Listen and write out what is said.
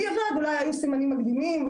בדיעבד אולי היו סימנים מקדימים,